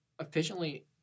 efficiently